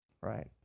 right